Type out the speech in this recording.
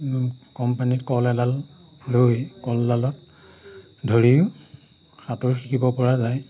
কম পানীত কল এডাল লৈ কলডালত ধৰিও সাঁতোৰ শিকিব পৰা যায়